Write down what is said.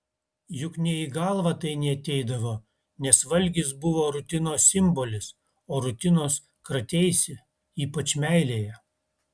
juk nė į galvą tai neateidavo nes valgis buvo rutinos simbolis o rutinos krateisi ypač meilėje